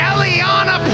Eliana